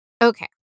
Okay